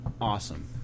Awesome